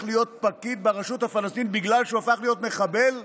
להיות פקיד ברשות הפלסטינית בגלל שהוא הפך להיות מחבל,